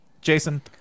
Jason